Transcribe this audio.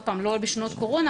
אבל זה משהו שנבחן בימים אלה.